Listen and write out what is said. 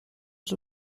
els